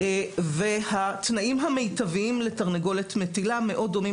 התנאים המיטביים לתרנגולת מטילה מאוד דומים